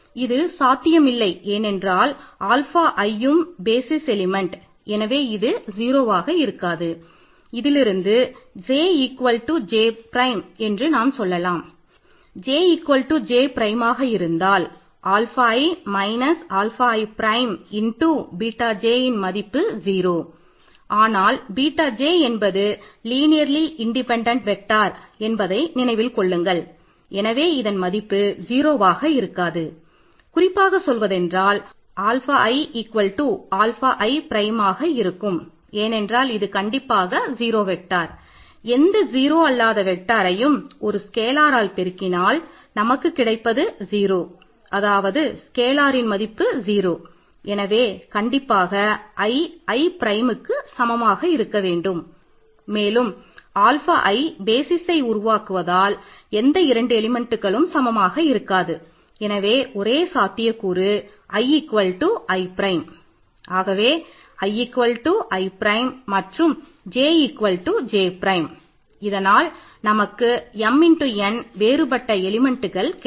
இது சாத்தியமில்லை ஏனென்றால் ஆல்ஃபா கிடைக்கும்